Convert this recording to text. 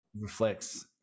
reflects